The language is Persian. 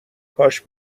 کاش